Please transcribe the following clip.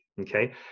Okay